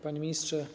Panie Ministrze!